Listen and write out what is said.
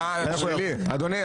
אדוני,